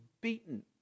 beaten